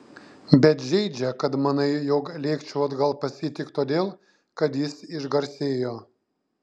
bet žeidžia kad manai jog lėkčiau atgal pas jį tik todėl kad jis išgarsėjo